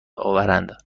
آورند